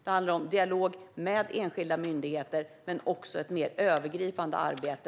Det handlar om dialog med enskilda myndigheter men också om ett mer övergripande arbete.